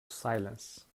silence